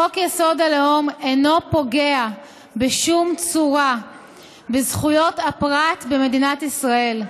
חוק-יסוד: הלאום אינו פוגע בשום צורה בזכויות הפרט במדינת ישראל.